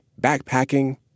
backpacking